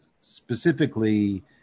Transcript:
specifically